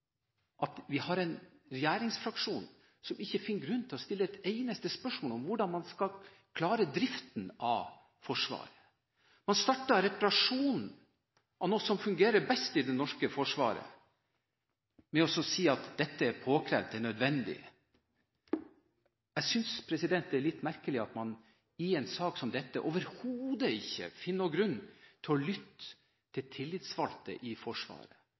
at vi har en regjeringsfraksjon som ikke finner grunn til å stille ett eneste spørsmål om hvordan man skal klare driften av Forsvaret. Man starter en reparasjon av noe som fungerer best i det norske forsvaret med å si at dette er påkrevd og nødvendig. Jeg synes det er litt merkelig at man i en sak som dette overhodet ikke finner noen grunn til å lytte til tillitsvalgte i Forsvaret